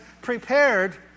prepared